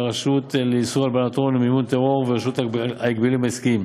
הרשות לאיסור הלבנת הון ומימון טרור ורשות ההגבלים העסקיים.